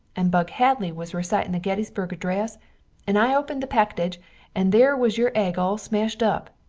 and bug hadley was recitin the getysberg adress and i opened the packidge and their was your egg all smasht up.